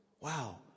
Wow